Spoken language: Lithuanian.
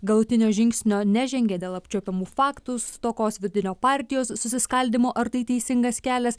galutinio žingsnio nežengė dėl apčiuopiamų faktų stokos vidinio partijos susiskaldymo ar tai teisingas kelias